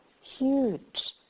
huge